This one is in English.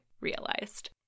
realized